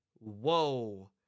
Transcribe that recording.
Whoa